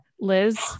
Liz